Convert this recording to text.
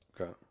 Okay